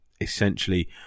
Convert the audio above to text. essentially